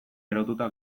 erotuta